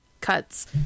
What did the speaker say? cuts